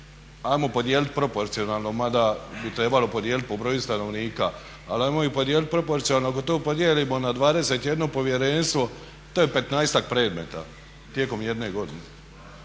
ajmo podijeliti proporcionalno mada bi trebalo podijeliti po broju stanovnika, ali ajmo ih podijeliti proporcionalno, ako to podijelimo na 21 povjerenstvo to je 15-ak predmeta tijekom jedne godine.